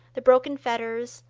the broken fetters,